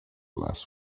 last